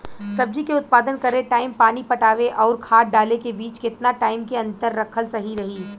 सब्जी के उत्पादन करे टाइम पानी पटावे आउर खाद डाले के बीच केतना टाइम के अंतर रखल सही रही?